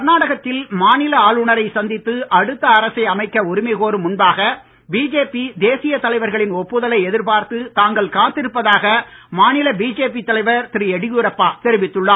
கர்நாடகத்தில் மாநில ஆளுநரை சந்தித்து அடுத்த அரசை அமைக்க உரிமை கோரும் முன்பாக பிஜேபி தேசிய தலைவர்களின் ஒப்புதலை எதிர்பார்த்து தாங்கள் காத்திருப்பதாக மாநில பிஜேபி தலைவர் திரு எடியூரப்பா தெரிவித்துள்ளார்